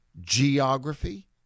geography